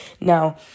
Now